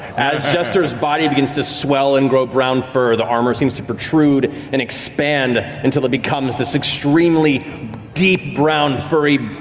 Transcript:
as jester's body begins to swell and grow brown fur, the armor seems to protrude and expand until it becomes this extremely deep-brown, furry,